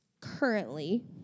Currently